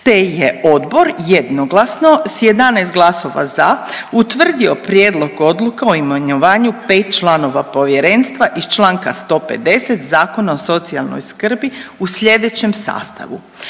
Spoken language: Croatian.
te je odbor jednoglasno s 11 glasova za utvrdio Prijedlog Odluke o imenovanju 5 članova povjerenstva iz Članka 150. Zakona o socijalnoj skrbi u slijedećem sastavu.